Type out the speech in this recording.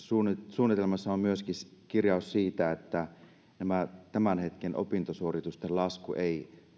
suunnitelmassa on myöskin kirjaus siitä että tämän hetken opintosuoritusten lasku ei